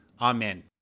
Amen